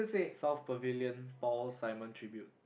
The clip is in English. South Pavilion Paul-Simon Tribute